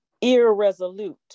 irresolute